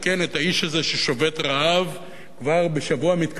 ששובת רעב כבר בשבוע מתקדם מאוד,